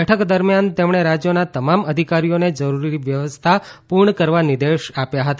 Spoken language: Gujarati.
બેઠક દરમ્યાન તેમણે રાજ્યોના તમામ અધિકારીઓને જરૂરી વ્યવસ્થા પૂર્ણ કરવા નિર્દેશ આપ્યા હતા